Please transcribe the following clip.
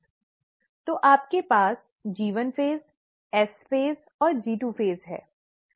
तो आपके पास G1 फ़ेज S फ़ेज और G2 फ़ेज है